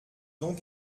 donc